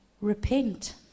repent